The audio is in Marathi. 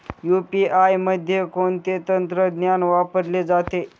यू.पी.आय मध्ये कोणते तंत्रज्ञान वापरले जाते?